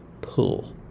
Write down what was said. pull